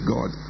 God